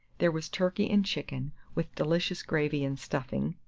there was turkey and chicken, with delicious gravy and stuffing,